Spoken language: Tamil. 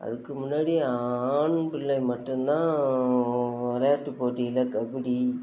அதுக்கு முன்னாடி ஆண் பிள்ளை மட்டும் தான் விளையாட்டு போட்டிகளில் கபடி